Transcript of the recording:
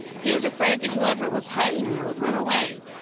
he was afraid that whoever was hiding there would run away.